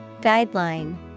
Guideline